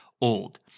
old